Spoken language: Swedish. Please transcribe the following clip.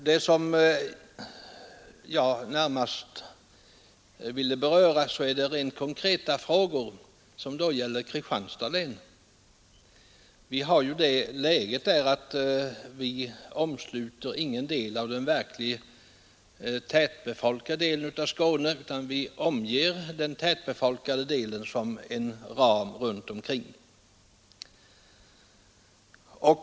Vad jag närmast vill beröra är rent konkreta frågor som gäller Kristianstads län. Vi har ju där det läget att länet inte innefattar något av den verkligt tätbefolkade delen av Skåne, utan vi omger den tätbefolkade delen som en ram.